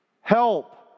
help